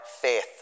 faith